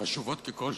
חשובות ככל